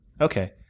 Okay